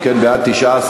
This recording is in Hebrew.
בעד, 19,